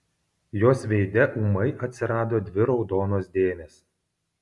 jos veide ūmai atsirado dvi raudonos dėmės